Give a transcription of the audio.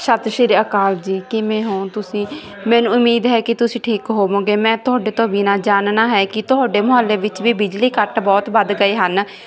ਸ਼ਤਿ ਸ਼੍ਰੀ ਅਕਾਲ ਜੀ ਕਿਵੇਂ ਹੋ ਤੁਸੀਂ ਮੈਨੂੰ ਉਮੀਦ ਹੈ ਕੀ ਤੁਸੀਂ ਠੀਕ ਹੋਵੋਗੇ ਮੈਂ ਤੁਹਾਡੇ ਤੋਂ ਬਿਨਾਂ ਜਾਨਨਾ ਹੈ ਕੀ ਤੁਹਾਡੇ ਮੁਹੱਲੇ ਵਿੱਚ ਵੀ ਬਿਜਲੀ ਕੱਟ ਬਹੁਤ ਵੱਧ ਗਏ ਹਨ